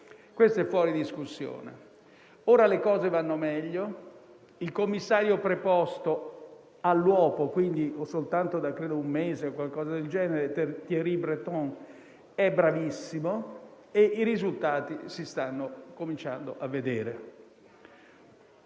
questo è fuori discussione. Ora le cose vanno meglio. Il commissario preposto all'uopo, quindi soltanto da circa un mese, Thierry Breton è bravissimo e i risultati si cominciano a vedere.